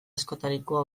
askotarikoa